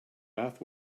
bath